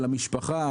על המשפחה,